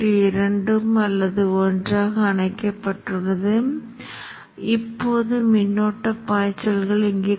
19444 இன் இறுதி மதிப்பில் ஒரு புள்ளியைப் பார்க்கலாம் அதனால் நான் அதை தூண்டலுக்கான ஆரம்ப நிலையாகப் பயன்படுத்துவேன்